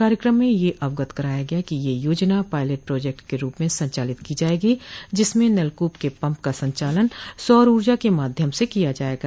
कार्यक्रम में यह अवगत कराया गया कि यह योजना पायलेट प्रोजेक्ट के रूप मे संचालित की जायेगी जिसमें नलकूप के पम्प का संचालन सौर ऊर्जा के माध्यम से किया जायेगा